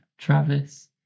Travis